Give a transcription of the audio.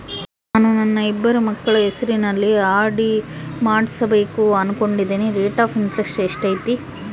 ನಾನು ನನ್ನ ಇಬ್ಬರು ಮಕ್ಕಳ ಹೆಸರಲ್ಲಿ ಆರ್.ಡಿ ಮಾಡಿಸಬೇಕು ಅನುಕೊಂಡಿನಿ ರೇಟ್ ಆಫ್ ಇಂಟರೆಸ್ಟ್ ಎಷ್ಟೈತಿ?